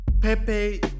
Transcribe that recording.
pepe